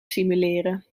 simuleren